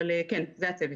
זה הצוות.